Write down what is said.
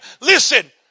listen